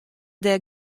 dêr